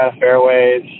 fairways